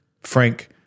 Frank